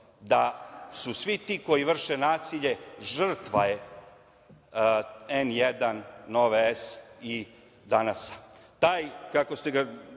da su svi ti koji vrše nasilje žrtve N1, „Nova S“ i „Danasa“.